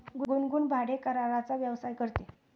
गुनगुन भाडेकराराचा व्यवसाय करते